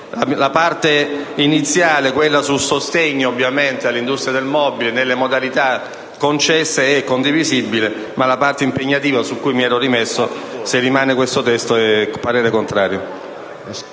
La parte iniziale, quella sul sostegno all’industria del mobile nelle modalita previste econdivisibile, ma se la parte dispositiva, su cui mi ero rimesso, rimane nel testo attuale il parere e contrario.